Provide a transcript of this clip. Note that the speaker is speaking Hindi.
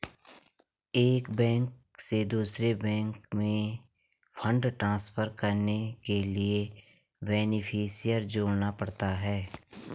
एक बैंक से दूसरे बैंक में फण्ड ट्रांसफर करने के लिए बेनेफिसियरी जोड़ना पड़ता है